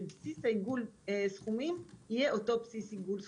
שבסיס עיגול הסכומים יהיה אותו בסיס עיגול סכומים.